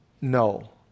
no